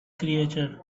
creature